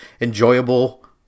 enjoyable